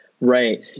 Right